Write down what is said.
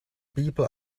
people